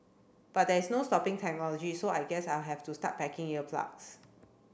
but there's no stopping technology so I guess I'll have to start packing ear plugs